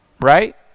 right